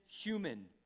human